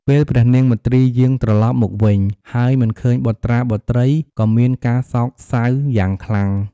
ពេលព្រះនាងមទ្រីយាងត្រឡប់មកវិញ ហើយមិនឃើញបុត្រាបុត្រី ក៏មានការសោកសៅយ៉ាងខ្លាំង។